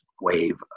wave